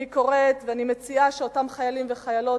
מציעה שאותם חיילים וחיילות,